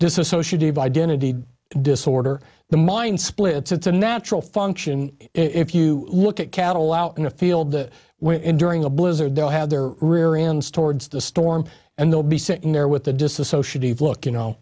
disassociated identity disorder the mind splits it's a natural function if you look at cattle out in a field that went in during a blizzard they'll have their rear ends towards the storm and they'll be sitting there with the disassociated look you know